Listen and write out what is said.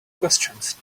questions